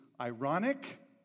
ironic